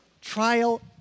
trial